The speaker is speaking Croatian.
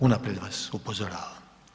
Unaprijed vas upozoravam.